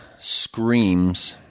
screams